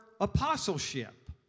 apostleship